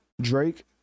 Drake